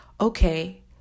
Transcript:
okay